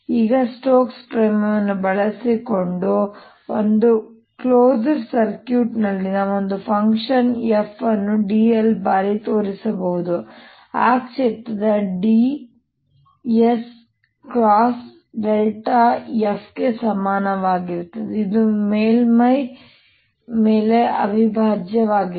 ಈಗ ಸ್ಟೋಕ್ಸ್ ಪ್ರಮೇಯವನ್ನು ಬಳಸಿಕೊಂಡು ಒಂದು ಕ್ಲೋಸ್ ಸರ್ಕ್ಯೂಟ್ ನಲ್ಲಿನ ಒಂದು ಫಂಕ್ಷನ್ f ಅನ್ನು dl ಬಾರಿ ತೋರಿಸಬಹುದು ಆ ಕ್ಷೇತ್ರದ d ds x f ಗೆ ಸಮನಾಗಿರುತ್ತದೆ ಇದು ಮೇಲ್ಮೈ ಮೇಲೆ ಅವಿಭಾಜ್ಯವಾಗಿದೆ